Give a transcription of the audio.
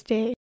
Day